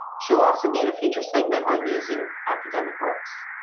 she'll also be in a future segment on using academic works.